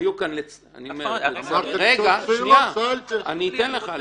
היו כאן ----- רגע, אני אתן לך.